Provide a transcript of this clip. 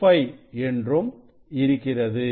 25 என்றும் இருக்கிறது